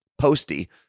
posty